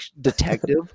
detective